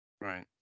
Right